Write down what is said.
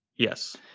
Yes